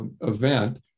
event